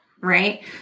right